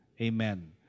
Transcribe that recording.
Amen